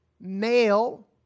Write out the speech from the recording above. male